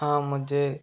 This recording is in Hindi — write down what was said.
हाँ मुझे